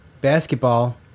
Basketball